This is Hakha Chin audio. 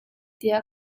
tiah